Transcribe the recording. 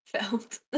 Felt